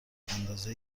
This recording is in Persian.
اندازه